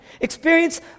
experience